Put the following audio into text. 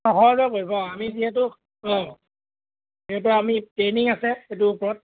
অঁ খোৱা লোৱা কৰিব আমি যিহেতু অঁ আমি ট্ৰেইনিং আছে সেইটোৰ ওপৰত